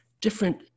Different